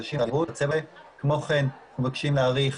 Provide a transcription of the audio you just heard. כמו כן מבקשים להאריך